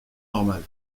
normale